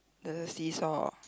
the seesaw